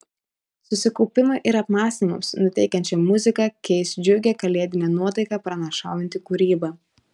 susikaupimui ir apmąstymams nuteikiančią muziką keis džiugią kalėdinę nuotaiką pranašaujanti kūryba